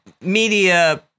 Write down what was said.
media